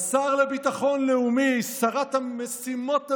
השר לביטחון לאומי, שרת המשימות הלאומיות,